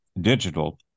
digital